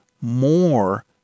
more